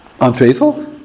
unfaithful